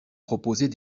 proposer